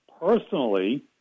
personally